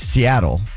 Seattle